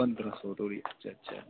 पंदरां सौ धोड़ी अच्छा अच्छा